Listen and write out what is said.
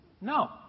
No